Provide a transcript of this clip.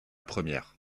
première